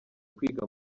kwiga